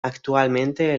actualmente